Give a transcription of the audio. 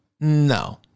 no